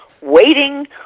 waiting